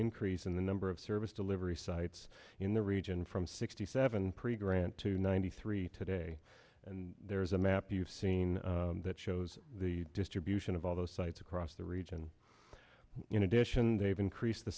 increase in the number of service delivery sites in the region from sixty seven pre grant to ninety three today and there's a map you've seen that shows the distribution of all those sites across the region in addition they've increased the